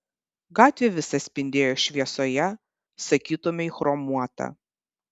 gatvė visa spindėjo šviesoje sakytumei chromuota